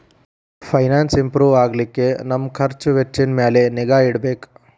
finance improve ಆಗ್ಲಿಕ್ಕೆ ನಮ್ ಖರ್ಛ್ ವೆಚ್ಚಿನ್ ಮ್ಯಾಲೆ ನಿಗಾ ಇಡ್ಬೆಕ್